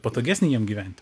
patogesnį jiem gyventi